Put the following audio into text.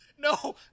No